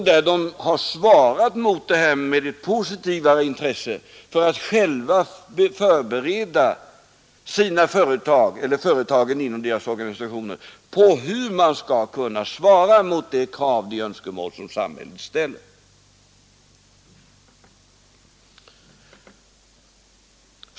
De har visat ett positivt intresse genom att själva förbereda företagen inom sina organisationer på hur man skall kunna svara mot de krav och önskemål som samhället ställer.